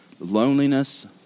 Loneliness